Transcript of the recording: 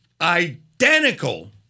identical